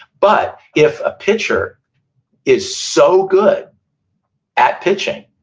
but, if a pitcher is so good at pitching,